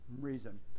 reason